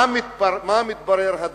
מה מתברר?